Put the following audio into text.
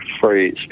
phrase